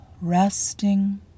resting